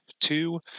two